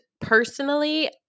Personally